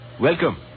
Welcome